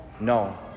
No